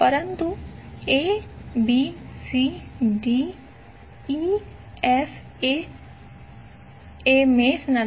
પરંતુ abcdefa મેશ નથી